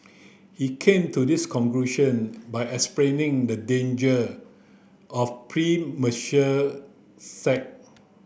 he came to this conclusion by explaining the danger of premarital